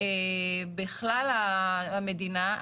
בכלל המדינה,